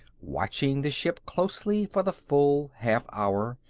watching the ship closely for the full half hour,